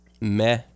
Meh